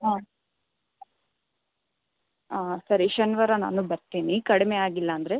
ಹಾಂ ಹಾಂ ಸರಿ ಈ ಶನಿವಾರ ನಾನು ಬರ್ತೀನಿ ಕಡಿಮೆ ಆಗಿಲ್ಲ ಅಂದರೆ